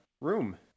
room